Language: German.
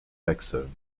wechseln